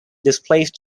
displaced